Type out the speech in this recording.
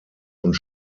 und